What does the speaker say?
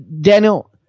Daniel